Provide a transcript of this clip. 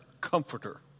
comforter